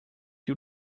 you